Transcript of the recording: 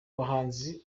buhanzi